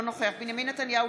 אינו נוכח בנימין נתניהו,